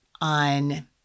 on